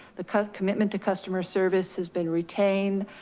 the kind of commitment to customer service has been retained.